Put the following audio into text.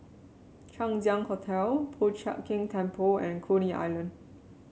Chang Ziang Hotel Po Chiak Keng Temple and Coney Island